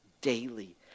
daily